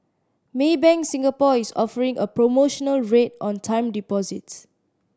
Maybank Singapore is offering a promotional rate on time deposits